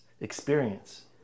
experience